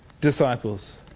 disciples